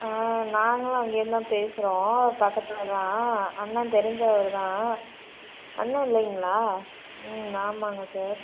ஆ நாங்களும் அங்கேயிருந்து தான் பேசுகிறோம் பக்கத்தில் தான் அண்ணன் தெரிஞ்சவரு தான் அண்ணன் இல்லேங்களா ம் ஆமாங்க சார்